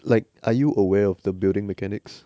like are you aware of the building mechanics